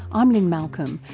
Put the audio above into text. i'm lynne malcolm,